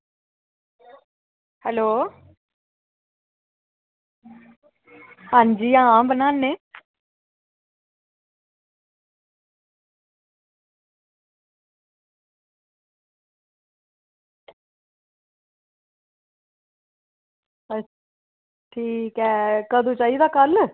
hello हां जी हां बनान्ने ठीक ऐ कदूं चाहिदा कल्ल